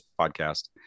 podcast